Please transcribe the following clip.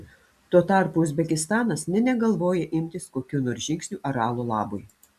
tuo tarpu uzbekistanas nė negalvoja imtis kokių nors žingsnių aralo labui